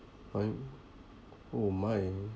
one oh my